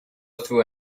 through